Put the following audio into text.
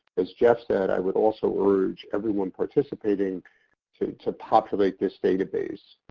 as jeff said, i would also urge everyone participating to to populate this database.